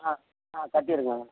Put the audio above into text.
ஆ ஆ கட்டிவிடுங்க